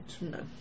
No